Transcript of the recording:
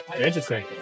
Interesting